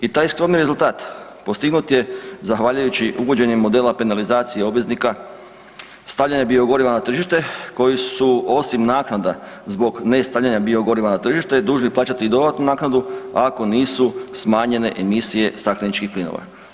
I taj skromni rezultat postignut je zahvaljujući uvođenju modela penalizacije obveznika stavljanjem biogoriva na tržište, koji su, osim naknada zbog nestavljanja biogoriva na tržište, dužni plaćati dodatnu naknadu ako nisu smanjene emisije stakleničkih plinova.